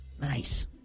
Nice